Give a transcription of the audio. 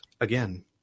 again